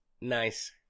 Nice